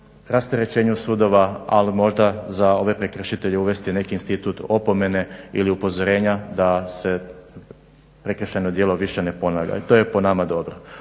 rasterećenju sudova, ali možda za ove prekršitelje uvesti neki institut opomene ili upozorenja da se prekršajno djelo više ne ponavlja. I to je po nama dobro.